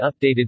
updated